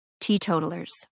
teetotalers